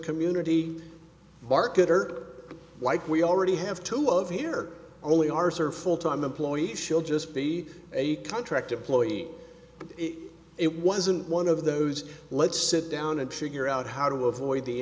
community marketer like we already have two of here only ours are full time employees she'll just be a contract employee but it wasn't one of those let's sit down and figure out how to avoid the